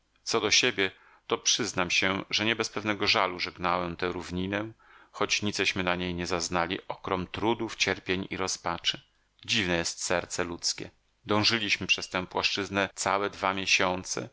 co do siebie to przyznam się że nie bez pewnego żalu żegnałem tę równinę choć niceśmy na niej nie zaznali okrom trudów cierpień i rozpaczy dziwne jest serce ludzkie dążyliśmy przez tę płaszczyznę całe dwa miesiące